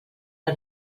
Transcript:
que